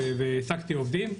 הייתי שם המון שנים והעסקתי עובדים.